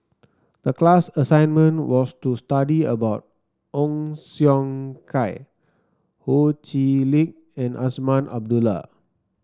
the class assignment was to study about Ong Siong Kai Ho Chee Lick and Azman Abdullah